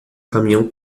caminhão